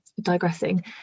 digressing